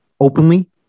openly